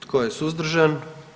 Tko je suzdržan?